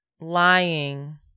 lying